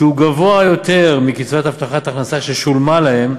שהוא גבוה יותר מקצבת הבטחת ההכנסה ששולמה להם,